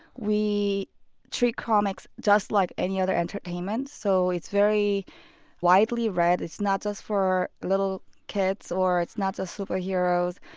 we treat comics just like any other entertainment, so it's very widely read. it's not just for little kids, or it's not just superheroes.